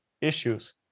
issues